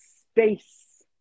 space